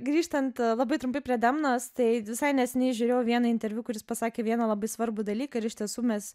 grįžtant labai trumpai prie demonos tai visai neseniai žiūrėjau vieną interviu kuris pasakė vieną labai svarbų dalyką ir iš tiesų mes